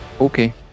Okay